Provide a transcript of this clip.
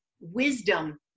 wisdom